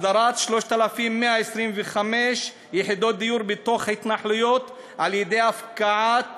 הסדרת 3,125 יחידות דיור בתוך התנחלויות על-ידי הפקעת